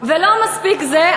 ולא מספיק זה,